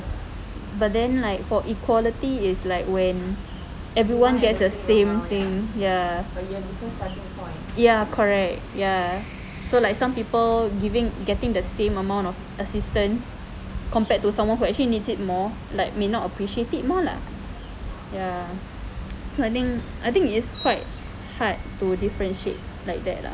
but then like for equality is like when everyone gets the same thing ya ya correct ya so like some people giving getting the same amount of assistance compared to someone who actually needs it more like may not appreciate it more lah ya I think is quite hard to differentiate like that lah